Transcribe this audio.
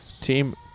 team